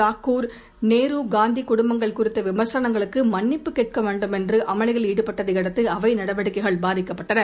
தாக்கூர் நேருகாந்திகுடுப்பங்கள் குறித்தவிமர்சனங்களுக்குமன்னிப்பு கேட்கவேண்டும் என்றுஅமளியில் ஈடுபட்டதையடுத்துஅவைநடவடிக்கைகள் பாதிக்கப்பட்டன